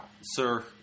Sir